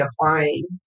applying